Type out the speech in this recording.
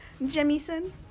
jemison